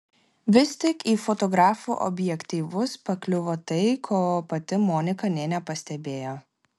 vis tik į fotografų objektyvus pakliuvo tai ko pati monika nė nepastebėjo